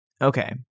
Okay